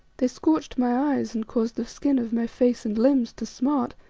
they scorched my eyes and caused the skin of my face and limbs to smart,